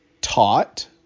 taught